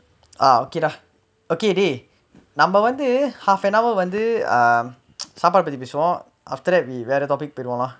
ah okay lah okay dey நம்ம வந்து:namma vanthu half an hour வந்து:vanthu err சாப்பாடு பத்தி பேசுவோ:saapaadu pathi pesuvo after that we வேற:vera topic போய்ருவோலா:poiruvolaa